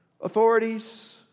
Authorities